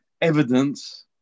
evidence